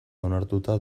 onartuta